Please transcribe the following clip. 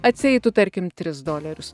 atsieitų tarkim tris dolerius